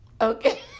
Okay